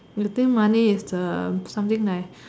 you think money is the something like